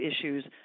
issues